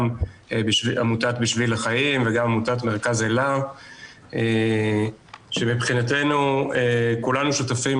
גם עמותת בשביל החיים וגם עמותת מרכז אלה שמבחינתנו כולנו שותפים